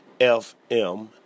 FM